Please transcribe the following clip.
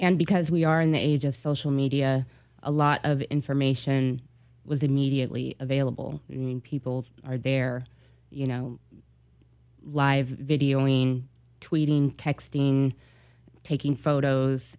and because we are in the age of social media a lot of information was immediately available people are there you know live video ing tweeting texting taking photos